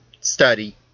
study